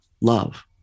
love